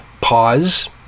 pause